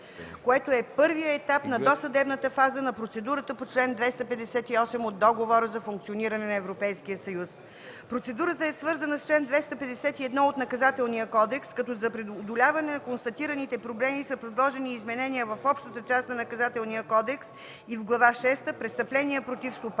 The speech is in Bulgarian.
което е първият етап на досъдебната фаза на процедурата по чл. 258 от Договора за функциониране на Европейския съюз. Процедурата е свързана с чл. 251 от Наказателния кодекс, като за преодоляване на констатираните проблеми са предложени изменения в общата част на Наказателния кодекс и в Глава шеста „Престъпление против стопанството”,